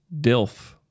dilf